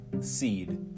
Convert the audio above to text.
seed